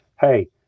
hey